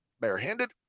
barehanded